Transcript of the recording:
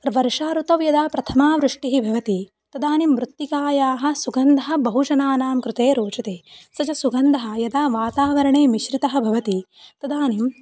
वर्षाऋतौ यदा प्रथमा वृष्टिः भवति तदानीं मृत्तिकायाः सुगन्धः बहुजनानां कृते रोचते स च सुगन्धः यदा वातावरणे मिश्रितः भवति तदानीं